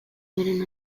beren